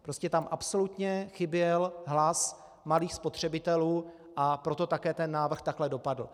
Prostě tam absolutně chyběl hlas malých spotřebitelů, a proto také ten návrh takhle dopadl.